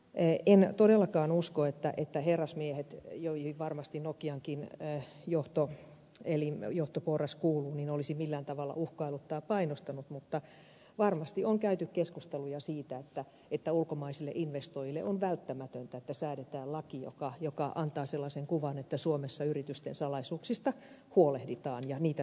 en todellakaan usko että herrasmiehet joihin varmasti nokiankin johto eli johtoporras kuuluu olisivat millään tavalla uhkailleet tai painostaneet mutta varmasti on käyty keskusteluja siitä että ulkomaisille investoijille on välttämätöntä että säädetään laki joka antaa sellaisen kuvan että suomessa yritysten salaisuuksista huolehditaan ja niitä suojataan